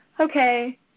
okay